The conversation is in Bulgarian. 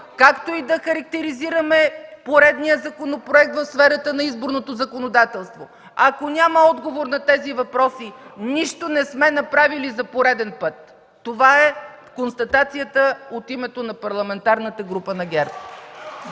както и да характеризираме поредния законопроект в сферата на изборното законодателство, ако няма отговор на тези въпроси, нищо не сме направили за пореден път. Това е констатацията от името на Парламентарната група на ГЕРБ.